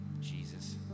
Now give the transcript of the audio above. Jesus